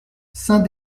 saint